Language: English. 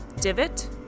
divot